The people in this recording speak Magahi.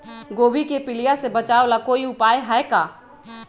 गोभी के पीलिया से बचाव ला कोई उपाय है का?